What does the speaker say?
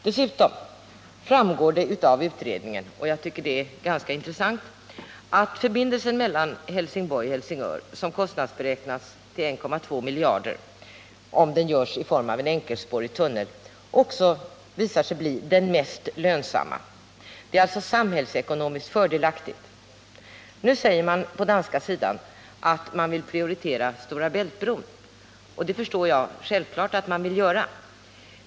Det framgår av utredningen, och jag tycker det är ganska intressant, att förbindelsen mellan Helsingborg och Helsingör, som kostnadsberäknats till 1,2 miljarder om den görs i form av enkelspårig tunnel, också visat sig bli den mest lönsamma. Den är alltså samhällsekonomiskt fördelaktig. Nu säger man på danska sidan att man vill prioritera Stora Bält-bron. Det förstår jag att man vill göra.